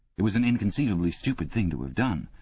it was an inconceivably stupid thing to have done.